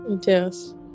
yes